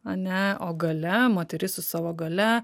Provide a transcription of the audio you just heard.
ane o galia moteris su savo galia